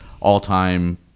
all-time